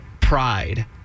Pride